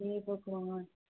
हे भगवान